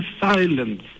silence